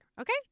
Okay